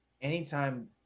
anytime